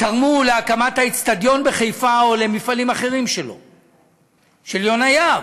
תרמו להקמת האצטדיון בחיפה או למפעלים אחרים של יונה יהב.